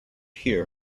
hear